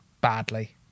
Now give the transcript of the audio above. badly